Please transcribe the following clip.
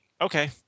Okay